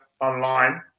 online